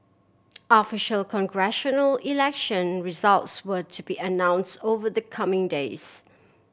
official congressional election results were to be announce over the coming days